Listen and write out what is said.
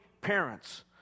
parents